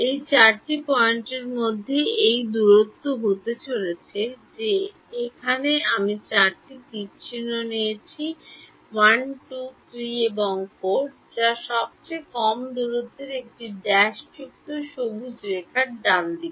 এই চারটি পয়েন্টের মধ্যে এই দূরত্ব হতে চলেছে যে এখানে আমি চারটি তীরচিহ্ন নিয়েছি 1 2 3 এবং 4 যা সবচেয়ে কম দূরত্ব এটি ড্যাশযুক্ত সবুজ রেখার ডানদিকে